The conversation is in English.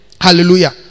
Hallelujah